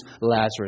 Lazarus